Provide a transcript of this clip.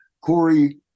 Corey